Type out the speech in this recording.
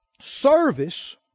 service